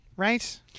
Right